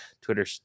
Twitter